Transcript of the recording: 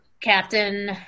captain